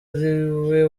ariwe